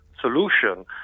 solution